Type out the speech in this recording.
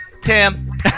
Tim